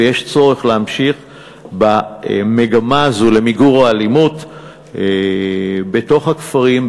ויש צורך להמשיך במגמה הזו למיגור האלימות בתוך הכפרים,